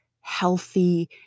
healthy